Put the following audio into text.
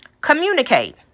communicate